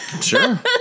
Sure